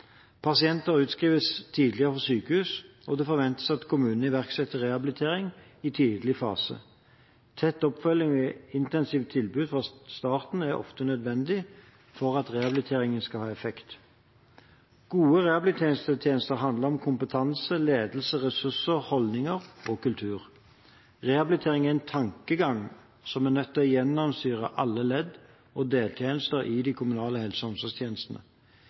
utskrives tidligere fra sykehus, og det forventes at kommunene iverksetter rehabilitering i tidlig fase. Tett oppfølging og intensivt tilbud fra starten er ofte nødvendig for at rehabiliteringen skal ha effekt. Gode rehabiliteringstjenester handler om kompetanse, ledelse, ressurser, holdninger og kultur. Rehabilitering er en tankegang som er nødt til å gjennomsyre alle ledd og deltjenester i de kommunale helse- og omsorgstjenestene.